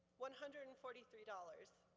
one hundred and forty three dollars.